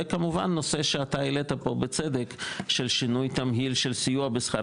וכמובן הנושא שאתה העלית פה בצד של שינו התמהיל של סיוע בשכר